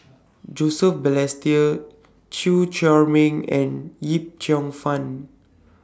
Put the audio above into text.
Joseph Balestier Chew Chor Meng and Yip Cheong Fun